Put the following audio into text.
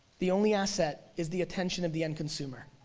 the only asset is the attention of the end consumer.